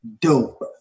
Dope